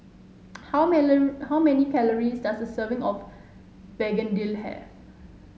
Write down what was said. how how many calories does a serving of begedil have